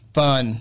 fun